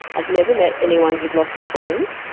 i'd never met anyone who had lost all four limbs.